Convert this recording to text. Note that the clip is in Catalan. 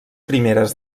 primeres